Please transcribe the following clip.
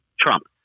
Trump